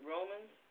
Romans